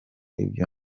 ibyo